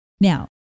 Now